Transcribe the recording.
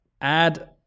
add